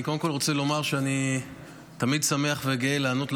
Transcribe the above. אני קודם כול רוצה לומר שאני תמיד שמח וגאה לענות,